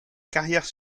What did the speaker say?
carrières